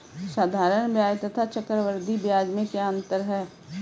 साधारण ब्याज तथा चक्रवर्धी ब्याज में क्या अंतर है?